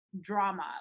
drama